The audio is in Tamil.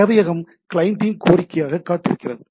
சேவையகம் கிளையண்டின் கோரிக்கைக்காக காத்திருக்கிறது